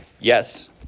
Yes